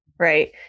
Right